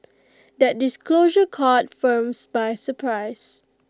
that disclosure caught firms by surprise